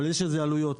אבל יש לזה עלויות.